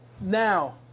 Now